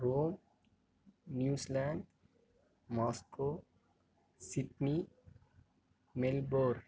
Rome New Zealand Moscow Sydney Melbourne